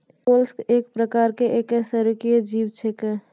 mollusc एक प्रकार के अकेशेरुकीय जीव छेकै